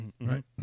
Right